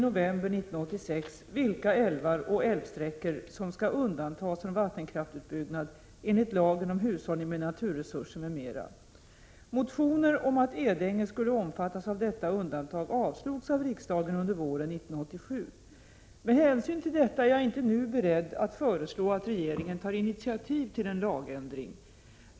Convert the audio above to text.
undantag avslogs av riksdagen under våren 1987. Med hänsyn till detta är jag inte nu beredd att föreslå att regeringen tar initiativ till en lagändring.